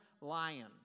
lion